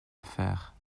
affaire